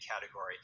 category